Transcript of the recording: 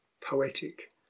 poetic